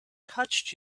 touched